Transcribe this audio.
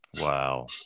Wow